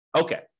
Okay